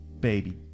baby